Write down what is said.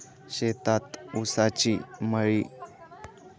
शेतात ऊसाची मळी टाकल्यास त्याचा काय फायदा होतो, पीक चांगले येईल का?